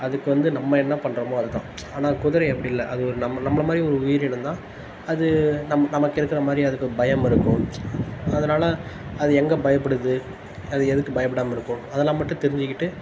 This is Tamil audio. அதுக்கு வந்து நம்ம என்ன பண்ணுறோமோ அது தான் ஆனால் குதிரை அப்படி இல்லை அது ஒரு நம்ம நம்மள மாதிரி ஒரு உயிரினம் தான் அது நம் நமக்கு இருக்கிற மாதிரி அதுக்கு பயம் இருக்கும் அதுனால அது எங்கே பயப்புடுது அது எதுக்கு பயப்படாமல் இருக்கும் அதெல்லாம் மட்டும் தெரிஞ்சிக்கிட்டு